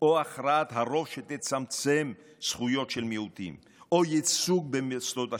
או את הכרעת הרוב שתצמצם זכויות של מיעוטים או ייצוג במוסדות השלטון,